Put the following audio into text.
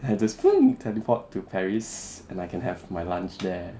then I just teleport to paris and I can have my lunch there